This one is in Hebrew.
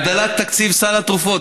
הגדלת תקציב סל התרופות.